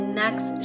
next